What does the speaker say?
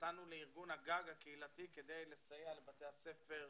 נתנו לארגון הגג הקהילתי כדי לסייע לבתי הספר,